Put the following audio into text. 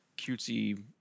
cutesy